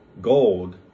gold